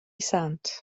sant